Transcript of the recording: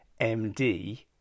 md